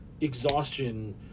exhaustion